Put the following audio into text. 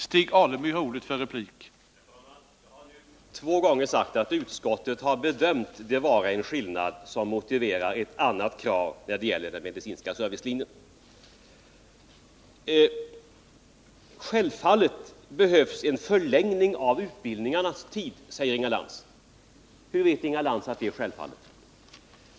Herr talman! Jag har nu två gånger sagt att utskottet har bedömt det vara en skillnad som motiverar ett annat krav när det gäller den medicinska servicelinjen. Självfallet behövs en förlängning av utbildningarnas tid, säger Inga Lantz. Hur vet Inga Lantz att det självfallet är så?